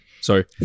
Sorry